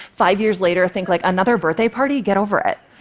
five years later, think like, another birthday party? get over it.